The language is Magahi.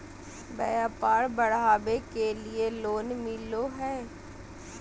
व्यापार बढ़ावे के लिए लोन मिलो है?